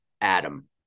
Adam